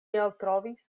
eltrovis